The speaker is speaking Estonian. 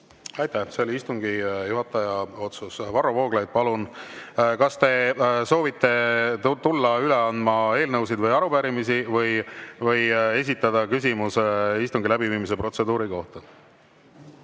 Aitäh! See oli istungi juhataja otsus. Varro Vooglaid, palun! Kas te soovite tulla üle andma eelnõu või arupärimist või esitada küsimuse istungi läbiviimise protseduuri kohta?